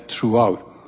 throughout